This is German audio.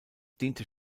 diente